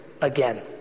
again